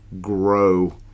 grow